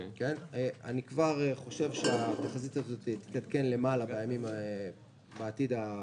אני כבר חושב שהתחזית הזאת תתעדכן למעלה בעתיד הקרוב.